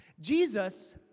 Jesus